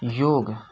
योग